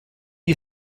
you